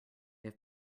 have